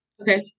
Okay